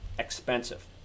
expensive